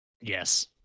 Yes